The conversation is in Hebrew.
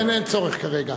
אין צורך כרגע.